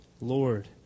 Lord